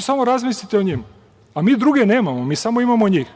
Samo razmislite malo. Mi druge nemamo. Mi samo imamo njih.